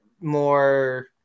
more